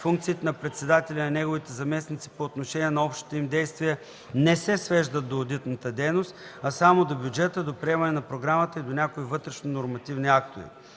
функциите на председателя и на неговите заместници по отношение на общите им действия не се свеждат до одитната дейност, а само до бюджета, до приемане на програмата и до някои вътрешно-нормативни актове.